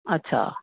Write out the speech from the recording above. अच्छा